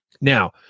Now